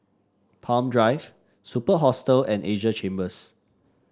Palm Drive Superb Hostel and Asia Chambers